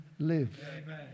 live